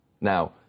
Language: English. Now